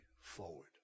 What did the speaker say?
forward